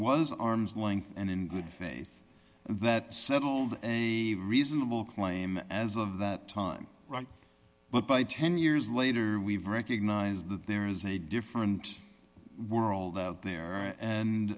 was arm's length and in good faith that settled a reasonable claim as of that time but by ten years later we recognise that there is a different world out there and